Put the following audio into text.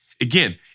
Again